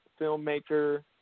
Filmmaker